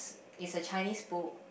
is a Chinese book